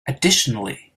additionally